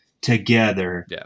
together